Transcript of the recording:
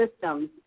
systems